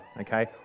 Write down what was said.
okay